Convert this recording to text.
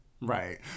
Right